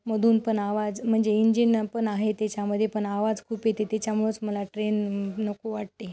मधून पण आवाज म्हणजे इंजिन पण आहे त्याच्यामध्ये पण आवाज खूप येते त्याच्यामुळंच मला ट्रेन नको वाटते